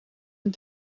een